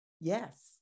yes